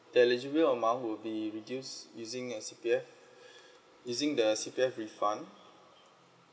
the eligible amount will be reduced using your C_P_F using the C_P_F refund